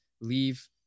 leave